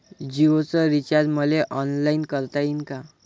जीओच रिचार्ज मले ऑनलाईन करता येईन का?